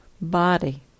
body